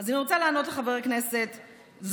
אני רוצה רק להגיד משהו, בבקשה.